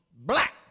black